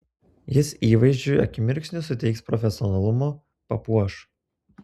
jis įvaizdžiui akimirksniu suteiks profesionalumo papuoš